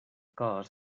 cos